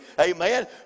amen